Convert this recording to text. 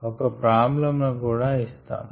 ఇంకా ఒక ప్రాబ్లమ్ ను కూడా ఇస్తాను